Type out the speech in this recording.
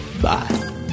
bye